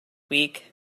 week